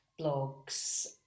blogs